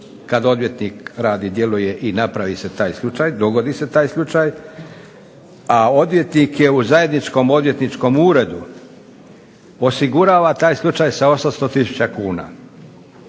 kad odvjetnik radi, djeluje i napravi se taj slučaj, dogodi se taj slučaj, a odvjetnik je u zajedničkom odvjetničkom uredu osigurava taj slučaj sa 800 tisuća kuna.